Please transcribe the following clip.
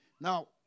Now